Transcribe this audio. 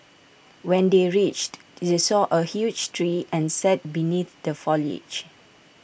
when they reached they saw A huge tree and sat beneath the foliage